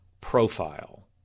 profile